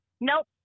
Nope